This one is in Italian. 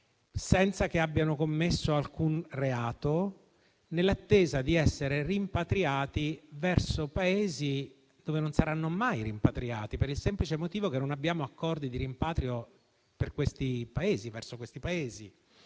senza che abbiano commesso alcun reato, nell'attesa di essere rimpatriate verso Paesi dove non saranno mai rimpatriate, per il semplice motivo che non abbiamo accordi di rimpatrio verso quei Paesi.